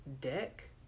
deck